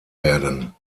werden